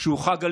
שהוא חג הלבלוב?